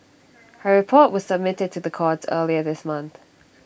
her report was submitted to the courts earlier this month